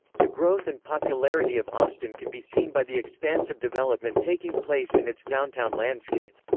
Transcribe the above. the growth and popularity of austin can be seen by the expansive development taking place in its downtown landscape.